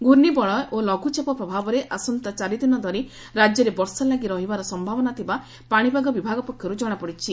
ଘ୍ରର୍ଷିବଳୟ ଓ ଲଘୁଚାପ ପ୍ରଭାବରେ ଆସନ୍ତା ଚାରିଦିନ ଧରି ରାଜ୍ୟରେ ବର୍ଷା ଲାଗି ରହିବାର ସମ୍ଭାବନା ଥିବା ପାଶିପାଗ ବିଭାଗ ପକ୍ଷରୁ ଜଣାପଡିଛି